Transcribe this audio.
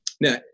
now